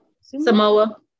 Samoa